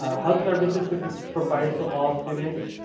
ah hud services to be provided to all students,